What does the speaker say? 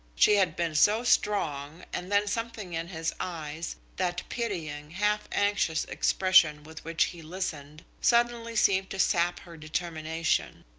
she had been so strong and then something in his eyes, that pitying, half anxious expression with which he listened, suddenly seemed to sap her determination.